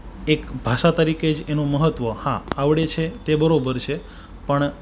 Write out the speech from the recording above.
એક ભાષા તરીકે જ એનું મહત્વ હા આવડે છે તે બરાબર છે પણ